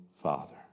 father